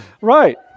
Right